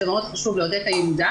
זה מאוד חשוב לעודד את הילודה,